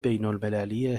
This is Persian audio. بینالمللی